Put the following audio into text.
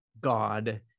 God